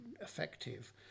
effective